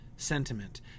Sentiment